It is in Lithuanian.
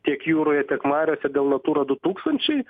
tiek jūroje tiek mariose dėl natura du tūkstančiai